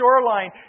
shoreline